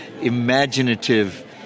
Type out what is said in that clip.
imaginative